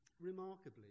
remarkably